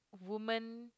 woman